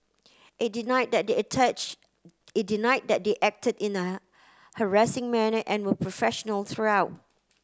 it denied that they attach it denied that they acted in a harassing manner and were professional throughout